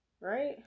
right